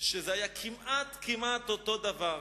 שזה היה כמעט, כמעט אותו הדבר.